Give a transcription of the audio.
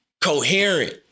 Coherent